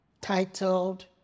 titled